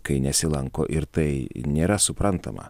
kai nesilanko ir tai nėra suprantama